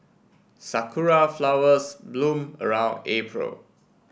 sakura flowers bloom around April